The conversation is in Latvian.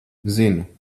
zinu